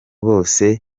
bose